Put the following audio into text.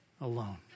alone